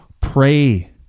pray